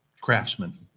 craftsman